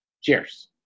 Cheers